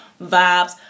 vibes